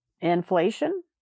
inflation